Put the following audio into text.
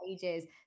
pages